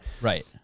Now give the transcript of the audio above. Right